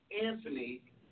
Anthony